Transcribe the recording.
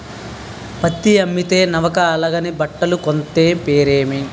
పత్తి అమ్మితే సవక అలాగని బట్టలు కొంతే పిరిమి